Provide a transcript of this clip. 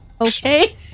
Okay